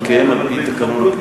מתקיים על-פי תקנון הכנסת?